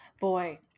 Boy